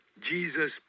Jesus